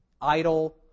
idle